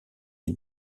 des